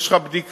יש לך בדיקה,